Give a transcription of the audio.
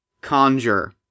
Conjure